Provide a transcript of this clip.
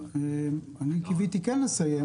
קיוויתי כן לסיים.